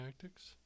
tactics